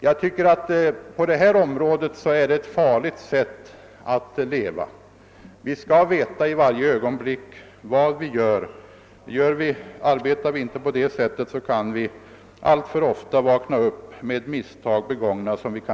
På det här området är det ett farligt sätt att leva.